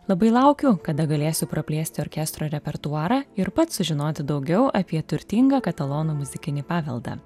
labai laukiu kada galėsiu praplėsti orkestro repertuarą ir pats sužinoti daugiau apie turtingą katalonų muzikinį paveldą